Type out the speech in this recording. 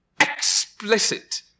explicit